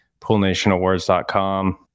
PoolNationAwards.com